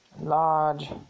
Large